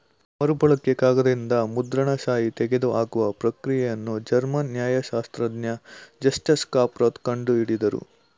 ಮರುಬಳಕೆ ಕಾಗದದಿಂದ ಮುದ್ರಣ ಶಾಯಿ ತೆಗೆದುಹಾಕುವ ಪ್ರಕ್ರಿಯೆನ ಜರ್ಮನ್ ನ್ಯಾಯಶಾಸ್ತ್ರಜ್ಞ ಜಸ್ಟಸ್ ಕ್ಲಾಪ್ರೋತ್ ಕಂಡು ಹಿಡುದ್ರು